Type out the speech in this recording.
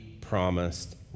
promised